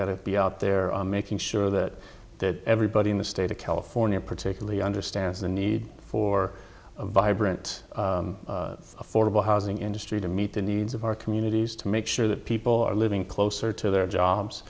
got to be out there making sure that that everybody in the state of california particularly understands the need for a vibrant affordable housing industry to meet the needs of our communities to make sure that people are living closer to their jobs